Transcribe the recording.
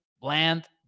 Bland